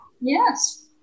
Yes